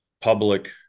public